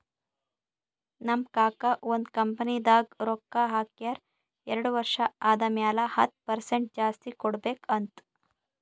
ನಮ್ ಕಾಕಾ ಒಂದ್ ಕಂಪನಿದಾಗ್ ರೊಕ್ಕಾ ಹಾಕ್ಯಾರ್ ಎರಡು ವರ್ಷ ಆದಮ್ಯಾಲ ಹತ್ತ್ ಪರ್ಸೆಂಟ್ ಜಾಸ್ತಿ ಕೊಡ್ಬೇಕ್ ಅಂತ್